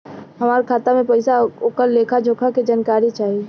हमार खाता में पैसा ओकर लेखा जोखा के जानकारी चाही?